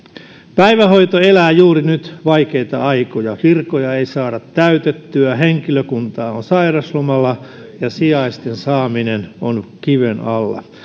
päivähoito elää juuri nyt vaikeita aikoja virkoja ei saada täytettyä henkilökuntaa on sairauslomalla ja sijaisten saaminen on kiven alla